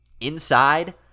inside